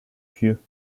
pieux